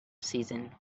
season